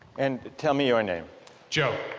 and tell me your name joe.